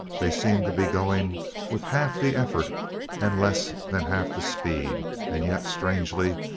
they seemed to be going with half the effort and less than half the speed, and yet, strangely,